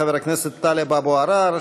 חבר הכנסת טלב אבו עראר,